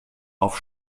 auf